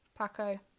Paco